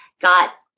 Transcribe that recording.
got